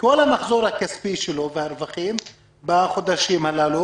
כל המחזור הכספי והרווחים הם בחודשים הללו